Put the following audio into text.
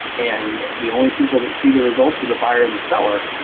and the only people that see the results are the buyer and the seller,